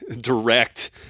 direct